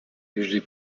usually